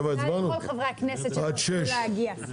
ותודה לכל חברי הכנסת שטרחו להגיע.